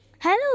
Hello